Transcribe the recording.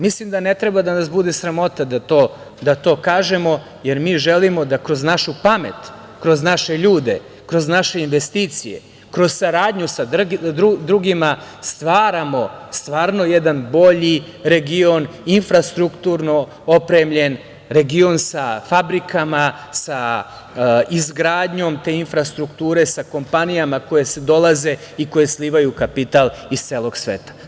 Mislim da ne treba da nas bude sramota da to kažemo, jer mi želimo da kroz našu pamet, kroz naše ljude, kroz naše investicije, kroz saradnju sa drugima stvaramo jedan bolji region, infrastrukturno opremljen region sa fabrikama, sa izgradnjom te infrastrukture, sa kompanijama koje dolaze i koje slivaju kapital iz celog sveta.